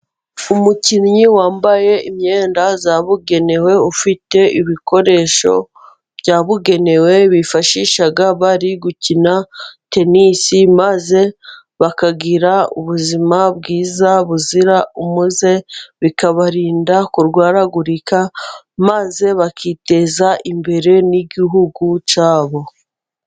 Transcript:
Umukinnyi wambaye imyenda yabugenewe, ufite ibikoresho byabugenewe bifashisha bari gukina tenisi, maze bakagira ubuzima bwiza buzira umuze, bikabarinda kurwaragurika maze bakiteza imbere n'igihugu cyabo.